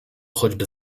choćby